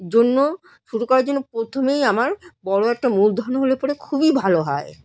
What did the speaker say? জন্য শুরু করার জন্য প্রথমেই আমার বড়ো একটা মূলধন হলে পরে খুবই ভালো হয়